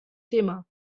thema